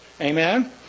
Amen